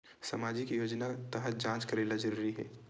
सामजिक योजना तहत जांच करेला जरूरी हे